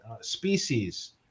species